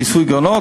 כיסוי גירעונות,